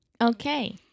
Okay